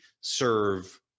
serve